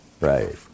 Right